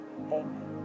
amen